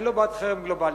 אני לא בעד חרם גלובלי.